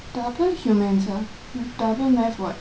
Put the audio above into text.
double humans ah double math what